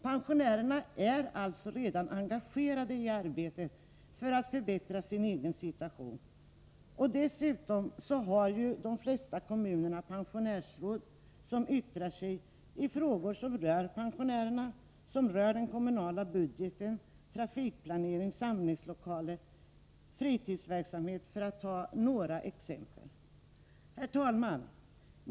Pensionärerna är alltså redan engagerade i arbetet för att förbättra sin egen situation. Dessutom har ju de flesta kommuner pensionärsråd, som yttrar sig i frågor som rör pensionärerna och den kommunala budgeten, trafikplanering, samlingslokaler och fritidsverksamhet, för att ta några exempel. Herr talman!